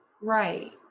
Right